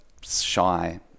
shy